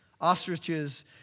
Ostriches